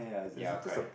ya correct